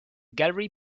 gallery